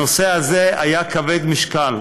הנושא הזה היה כבד-משקל.